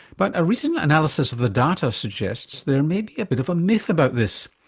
but a recent analysis of the data suggests there may be a bit of a myth about this,